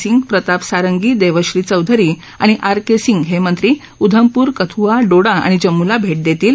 सिंग प्रताप सारंगी देबश्री चौधरी आणि R K Singh हे मंत्री उधमपूर कथुआ डोडा आणि जम्मूला भेट देतील